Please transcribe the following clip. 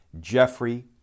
Jeffrey